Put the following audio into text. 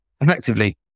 effectively